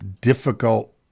difficult